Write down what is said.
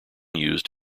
used